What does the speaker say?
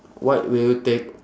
what will you take